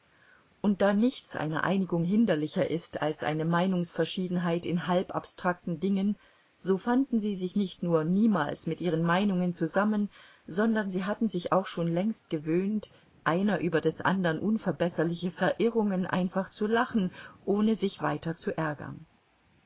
und da nichts einer einigung hinderlicher ist als eine meinungsverschiedenheit in halb abstrakten dingen so fanden sie sich nicht nur niemals mit ihren meinungen zusammen sondern sie hatten sich auch schon längst gewöhnt einer über des andern unverbesserliche verirrungen einfach zu lachen ohne sich weiter zu ärgern